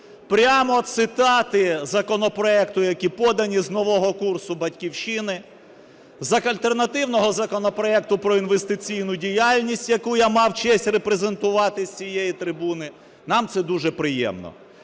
Прямо цитати законопроекту, які подані з нового курсу "Батьківщини", з альтернативного законопроекту про інвестиційну діяльність, яку я мав честь репрезентувати з цієї трибуни, нам це дуже приємно.